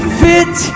fit